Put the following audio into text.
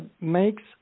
Makes